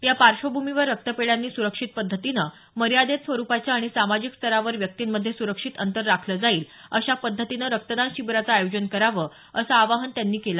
या पार्श्वभूमीवर रक्तपेढ्यांनी सुरक्षित पद्धतीनं मर्यादेत स्वरुपाच्या आणि सामाजिक स्तरावर व्यक्तींमध्ये सुरक्षित अंतर राखलं जाईल अशा पद्धतीनं रक्तदान शिबिरांचं आयोजन करावं असं आवाहन त्यांनी केलं